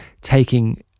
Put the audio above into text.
taking